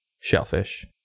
shellfish